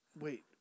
Wait